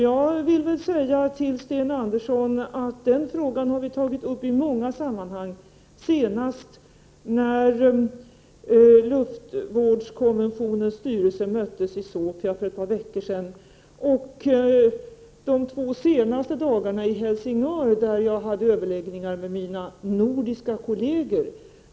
Jag vill säga till Sten Andersson i Malmö att vi har tagit upp den frågan i många sammanhang, senast när luftvårdskonventionens styrelse möttes i Sofia för ett par veckor sedan, och de två senaste dagarna i Helsingör där jag hade överläggningar med mina nordiska kolleger.